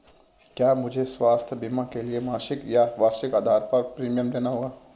क्या मुझे स्वास्थ्य बीमा के लिए मासिक या वार्षिक आधार पर प्रीमियम देना होगा?